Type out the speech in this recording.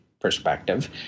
Perspective